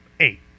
eight